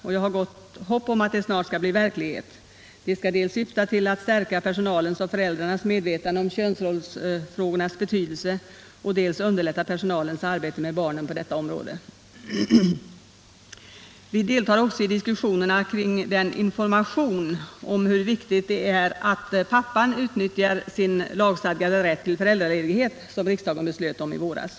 Jag har gott hopp om att det snart skall bli verklighet. Det skall dels syfta till att stärka personalens och föräldrarnas medvetande om könsrollernas betydelse, dels underlätta personalens arbete med barnen på detta område. Vi deltar också i diskussionerna kring den information om hur viktigt det är att pappan utnyttjar sin lagstadgade rätt till föräldraledighet som riksdagen beslöt om i våras.